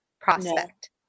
prospect